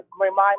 remind